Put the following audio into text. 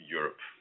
Europe